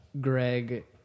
Greg